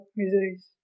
miseries